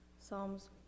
Psalms